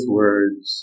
words